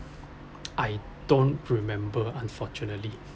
I don't remember unfortunately